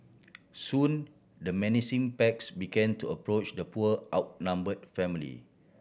soon the menacing packs begin to approach the poor outnumbered family